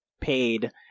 paid